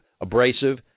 abrasive